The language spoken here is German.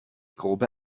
grobe